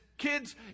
kids